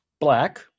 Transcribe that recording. Black